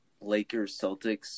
Lakers-Celtics